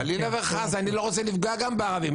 חלילה וחס, אני לא רוצה לפגוע גם בערבים.